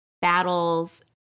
battles